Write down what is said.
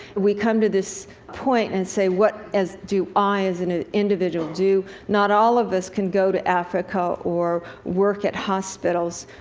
we come to this point and say, what do i as an individual do? not all of us can go to africa, or work at hospitals,